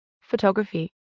photography